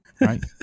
Right